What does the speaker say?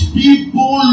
people